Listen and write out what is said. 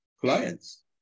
clients